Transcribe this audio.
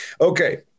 Okay